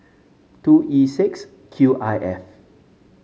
two E six Q I F